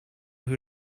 who